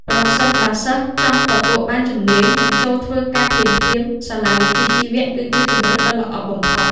ប្រសិនបើសិស្សចង់ទទួលបានជំនាញនិងចូលធ្វើការងារភ្លាមៗ សាលាវិជ្ជាជីវៈគឺជាជម្រើសដ៏ល្អបំផុត។